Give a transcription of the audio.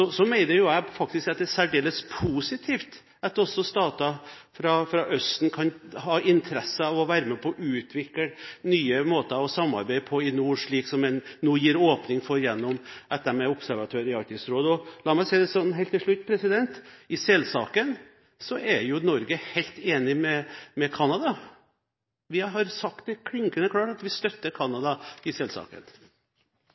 jeg mener faktisk det er særdeles positivt at også stater fra Østen kan ha interesse av å være med på å utvikle nye måter å samarbeide på i nord, slik en nå gir åpning for gjennom at de er observatører i Arktisk råd. Og la meg si det sånn: I selsaken er jo Norge helt enig med Canada. Vi har sagt det klinkende klart at vi støtter